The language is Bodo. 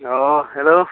अ हेलौ